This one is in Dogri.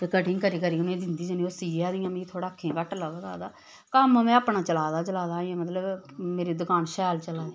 ते कटिंग करी करियै में दिंदी जन्नी ओह् सीआ दियां थोह्ड़ा अक्खियें घट्ट लभदा कम्म में अपना चला दा चला दा मतलब मेरी दकान शैल चला दी